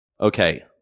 Okay